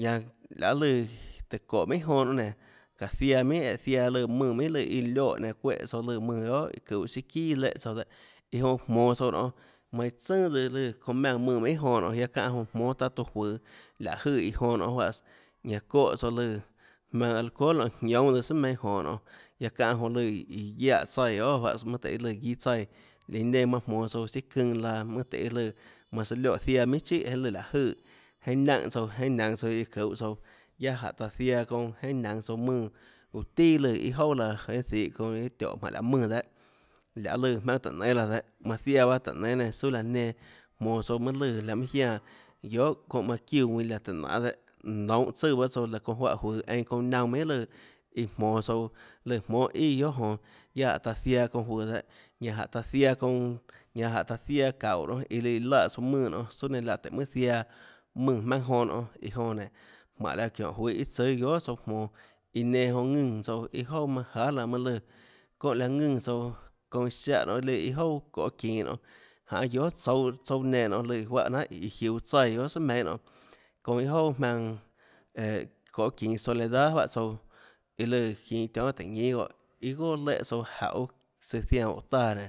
Ñanã laê lùã tùhå çóhå minhà jonã nonê nénå çáhå ziaã minhà eã ziaã lùã mùnã minhà lùã iâ lioè nenã çuéhã tsouã lùã mùnã guiohà çuhå siâ çià léhã tsouã dehâ iã jonã jmonå tsouã nonê mainã tsønà tsøã lùã çounã maùnã mùnã minhà jonã nonê guiaâ çáhã jonã jmónâ taâ toã juøå láhå jøè iã jonã nonê juáhã ñanã çóhã tsouã lùã jmaønâ alcohol nonê jiónâ tsøã sùà meinhâ jonå nonê guiaâ çánã jonã lùã iã guiaè tsaíã guiohà juáhãs mønâ tøhê lùãguiâ tsaíã iã nenã manã jmonå tsouã siâ çønã laã mønâ tøhê lùã manã søã lioè ziaã minhà chíhà eãvlùã láhå jøè jeinhâ naùnhã tsouã iâ naønå tsouã iã çuhå tsouã guiaâ jánhå taã ziaã çounã iâ naønå tsouã mùnã uã tià lùã iâ jouà laã jeinhâ zihå çounã iâ tióhå jmánhå laã mùnã dehâ laê lùã jmønâ táhå nénâ laã dehâ manã ziaã bahâ tùhå nénâ nenã súà laã nenã jmonå tsouã mønâ lùã laå mønâ jiánã guiohà çounã manã çiúã ðuinã tùhå nanê dehâ nnn nounhå tsùã baâ tsouâ çounã juáhã juøå eínã çounã naunã minhà lùã iã jmonå tsouã lùã jmónâ ià guiohà jonå guiaâ jánhå taã ziaã çounã juøå dehâ ñanã jánhå taã ziaã çounã ñanã jánhå taã ziaã çaúå nonê iã lùã laè tsouã mùnã suâ nenã laã tùhå mønâ ziaã mùnã jmaønâ jonã nonê iã joã nénå mánhå laã çiónhå juøå iâ tsùâ guiohà tsouã jmonå iã nenã jonã ðùnã tsouã iâ jouà manâ jahà laã mønâ lùã çónhã laã ðùnã tsouã çounã iã siáhã nonê lùã iâ jouà çoê çinå nonê janê guiohà tsouã guiohà tsouâ nenã nonê lùã juáhã jnanhà iã jiuå tsaíã guiohà sùà meinhâ nonê çounã iâ jouà jmaønã eå çoê çinå soledad juáhã tsouã iã lùãçinå ionhâ tùhå ñínâ goè iâ goà léhã tsouã jauê søã zianã óå táã nenã